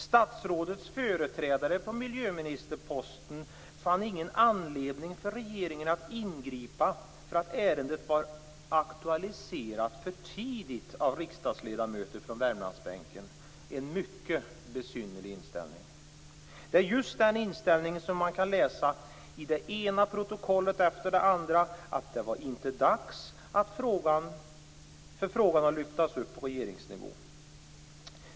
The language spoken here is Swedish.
Statsrådets företrädare på miljöministerposten fann ingen anledning för regeringen att ingripa därför att ärendet var aktualiserat för tidigt av riksdagsledamöter från Värmlandsbänken - en mycket besynnerlig inställning. Det är just den inställningen som man kan läsa i det ena protokollet efter det andra, att det inte var dags att lyfta upp frågan på regeringsnivå.